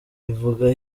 ivuga